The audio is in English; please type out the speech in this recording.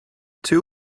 two